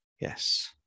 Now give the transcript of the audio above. Yes